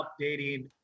updating